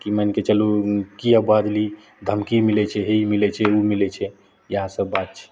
कि मानिके चलू किएक बाजलही धमकी मिलै छै हे ई मिलै छै हे ओ मिलै छै इएहसब बात छै